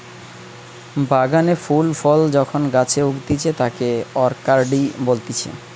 বাগানে ফুল ফল যখন গাছে উগতিচে তাকে অরকার্ডই বলতিছে